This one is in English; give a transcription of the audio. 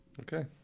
Okay